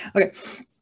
Okay